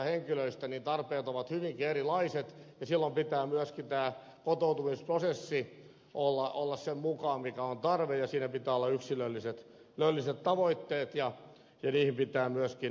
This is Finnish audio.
tarpeet ovat hyvinkin erilaiset ja silloin pitää myöskin kotoutumisprosessin olla sen mukaan mikä on tarve ja siinä pitää olla yksilölliset tavoitteet ja niihin pitää myöskin päästä